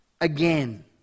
again